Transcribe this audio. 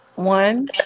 One